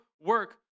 work